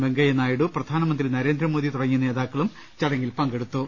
വെങ്കയ്യനാ യിഡു പ്രധാനമന്ത്രി നരേന്ദ്രമോദി തുടങ്ങിയ നേതാക്കളും ചടങ്ങിൽ പങ്കെ ടുത്തു